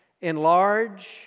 enlarge